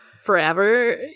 forever